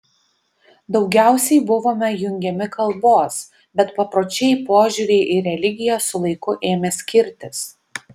daugiausiai buvome jungiami kalbos bet papročiai požiūriai ir religija su laiku ėmė skirtis